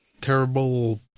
terrible